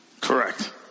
Correct